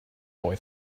boy